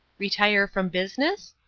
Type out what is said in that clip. retire from business?